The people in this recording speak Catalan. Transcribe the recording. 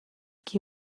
qui